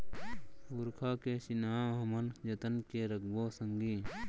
पुरखा के चिन्हा हमन जतन के रखबो संगी